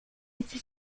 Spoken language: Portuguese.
esse